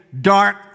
dark